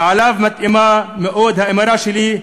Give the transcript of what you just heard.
ועליו מתאימה מאוד האמרה שלי,